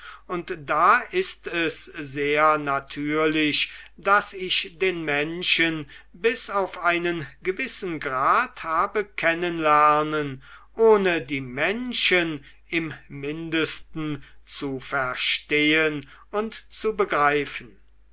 und da ist es sehr natürlich daß ich den menschen bis auf einen gewissen grad habe kennen lernen ohne die menschen im mindesten zu verstehen und zu begreifen